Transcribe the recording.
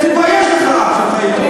אתה אפילו במפלגתו שלו, תתבייש לך שאתה אתו.